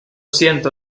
siento